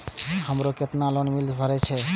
हमरो केतना लोन महीना में भरे परतें?